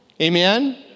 Amen